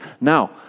Now